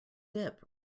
dip